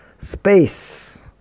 space